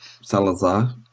Salazar